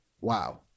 Wow